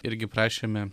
irgi prašėme